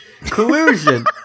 Collusion